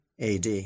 AD